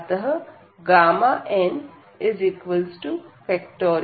अतः nn 1